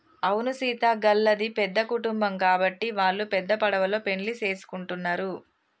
అవును సీత గళ్ళది పెద్ద కుటుంబం గాబట్టి వాల్లు పెద్ద పడవలో పెండ్లి సేసుకుంటున్నరు